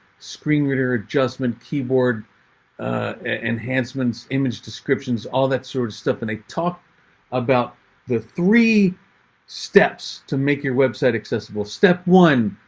screen reader adjustment, keyboard enhancements, image descriptions, all that sort of stuff, and they talk about the three steps to make your website accessible. step one,